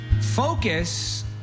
Focus